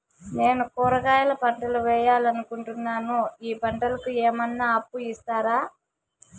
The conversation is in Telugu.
నేను కూరగాయల పంటలు వేయాలనుకుంటున్నాను, ఈ పంటలకు ఏమన్నా అప్పు ఇస్తారా?